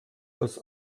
das